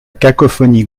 cacophonie